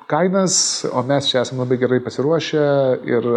kainas o mes čia esam labai gerai pasiruošę ir